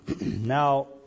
Now